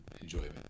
enjoyment